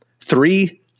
Three